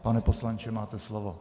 Pane poslanče, máte slovo.